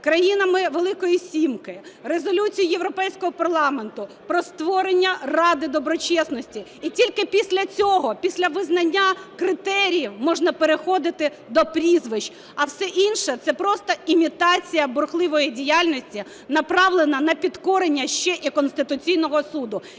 країнами "Великої сімки", Резолюцією Європейського парламенту про створення ради доброчесності. І тільки після цього, після визнання критеріїв можна переходити до прізвищ, а все інше – це просто імітація бурхливої діяльності, направлена на підкорення ще і Конституційного Суду,